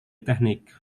techniques